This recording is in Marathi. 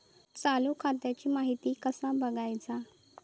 चालू खात्याची माहिती कसा बगायचा?